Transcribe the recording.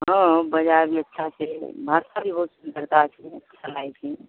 हँ बजारमे अच्छा छै भाषा भी बहुत सुन्दरता छै खेलाइत छै